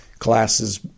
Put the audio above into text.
Classes